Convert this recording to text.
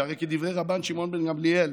שהרי כדברי רבן שמעון בן גמליאל,